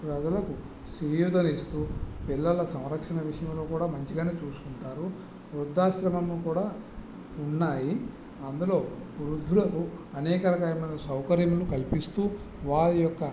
ప్రజలకు సేయూతనిస్తూ పిల్లల సంరక్షణ విషయంలో కూడా మంచిగానే చూసుకుంటారు వృద్ధాశ్రమం కూడా ఉన్నాయి అందులో వృద్ధులకు అనేక రకములైన సౌకర్యములు కల్పిస్తూ వాళ్ళ యొక్క